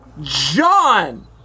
John